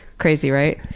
crazy, right?